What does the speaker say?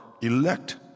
elect